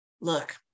look